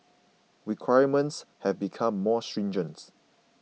requirements have become more stringent